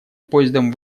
поездом